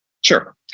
Sure